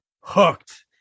hooked